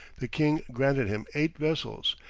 the king granted him eight vessels,